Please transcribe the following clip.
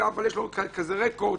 אבל יש לו כזה רקורד,